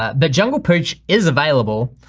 ah the jungle pooch is available.